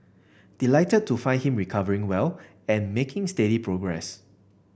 delighted to find him recovering well and making steady progress